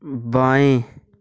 बाएँ